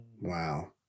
Wow